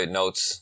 notes